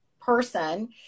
person